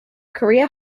career